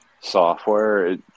software